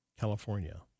California